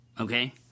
okay